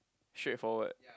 straightforward